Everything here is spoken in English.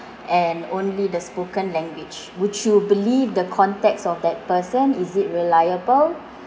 and only the spoken language would you believe the context of that person is it reliable